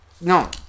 No